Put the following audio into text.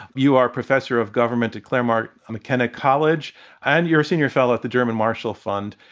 you are professor of government at claremont mckenna college and you're a senior fellow at the german marshal fund.